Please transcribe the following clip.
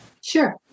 Sure